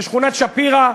בשכונת-שפירא.